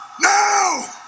Now